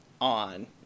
on